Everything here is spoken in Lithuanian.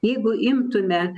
jeigu imtume